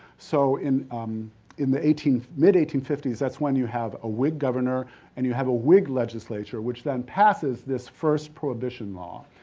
so, in um in the mid eighteen fifty s, that's when you have a wig governor and you have a wig legislature, which then passes this first prohibition law.